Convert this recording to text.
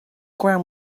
ground